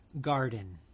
garden